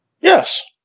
Yes